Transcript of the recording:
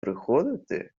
приходити